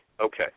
Okay